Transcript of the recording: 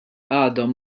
għadhom